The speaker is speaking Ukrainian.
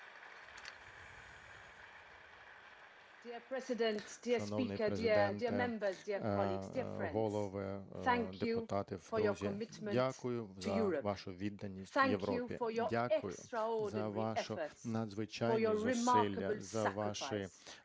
дякую за вашу відданість Європі, дякую за ваші надзвичайні зусилля, за ваші